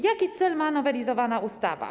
Jaki cel ma nowelizowana ustawa?